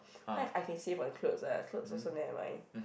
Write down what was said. why I can save on cloth ah clothes also never mind